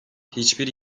hiçbir